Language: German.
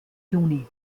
juni